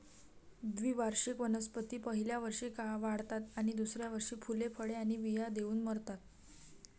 द्विवार्षिक वनस्पती पहिल्या वर्षी वाढतात आणि दुसऱ्या वर्षी फुले, फळे आणि बिया देऊन मरतात